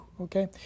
okay